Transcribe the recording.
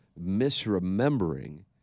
misremembering